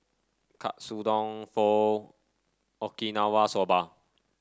Katsudon Pho Okinawa Soba